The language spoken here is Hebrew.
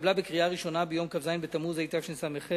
והתקבלה בקריאה ראשונה ביום כ"ז בתמוז התשס"ח,